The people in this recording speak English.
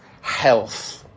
health